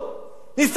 נסתדר בלי זה.